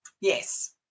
Yes